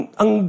ang